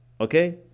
Okay